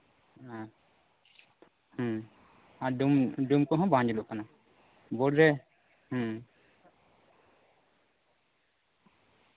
ᱦᱮᱸ ᱦᱩᱸ ᱟᱨ ᱰᱩᱢ ᱰᱩᱢ ᱠᱚᱦᱚᱸ ᱵᱟᱝ ᱡᱩᱞᱩᱜ ᱠᱟᱱᱟ ᱵᱳᱨᱰ ᱨᱮ